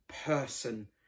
person